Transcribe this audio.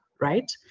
right